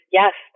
yes